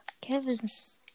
Kevin's